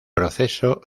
proceso